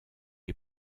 est